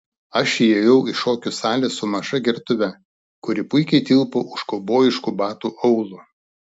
aš įėjau į šokių salę su maža gertuve kuri puikiai tilpo už kaubojiškų batų aulo